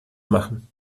machen